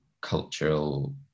cultural